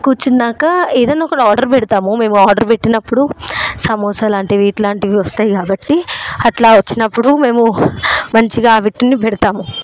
కూర్చున్నాక ఏదన్నా ఒకటి ఆర్డర్ పెడతాము మేము ఆర్డర్ పెట్టినప్పుడు సమోసాలాంటివి ఇట్లాంటివి వస్తాయి కాబట్టి అట్లా వచ్చినప్పుడు మేము మంచిగా వీటిల్ని పెడతాము